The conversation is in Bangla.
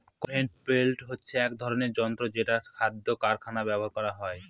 কনভেয়র বেল্ট হচ্ছে এক ধরনের যন্ত্র যেটা খাদ্য কারখানায় ব্যবহার করা হয়